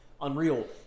unreal